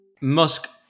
Musk